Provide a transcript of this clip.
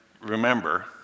remember